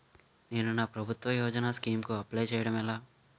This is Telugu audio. నేను నా ప్రభుత్వ యోజన స్కీం కు అప్లై చేయడం ఎలా?